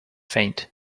faint